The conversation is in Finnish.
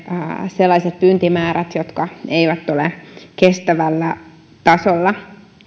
sellaiset lohenpyyntimäärät jotka eivät ole kestävällä tasolla